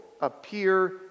appear